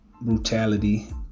brutality